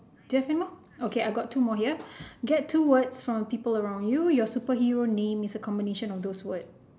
do you have anymore okay I got two more here ya get two words from people around you your superhero name is a combination of those word